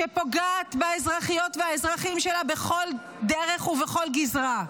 שפוגעת באזרחיות והאזרחים שלה בכל דרך ובכל גזרה,